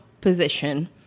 position